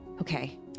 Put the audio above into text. Okay